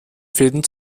fäden